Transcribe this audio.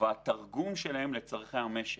והתרגום שלהם לצורכי המשק.